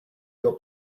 your